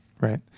Right